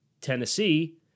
Tennessee